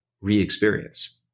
re-experience